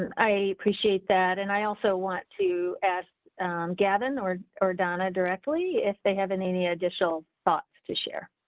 i appreciate that. and i also want to ask gavin or or donna directly. if they haven't any additional thoughts to share.